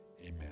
Amen